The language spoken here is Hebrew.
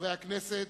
חברי הכנסת,